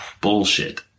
bullshit